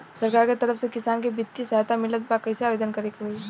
सरकार के तरफ से किसान के बितिय सहायता मिलत बा कइसे आवेदन करे के होई?